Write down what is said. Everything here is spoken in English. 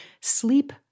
Sleep